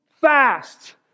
fast